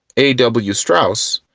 a w. strouse,